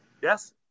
Yes